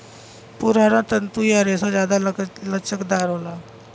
पुराना तंतु या रेसा जादा लचकदार होला